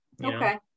okay